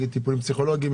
טיפולים פסיכולוגיים,